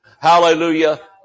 Hallelujah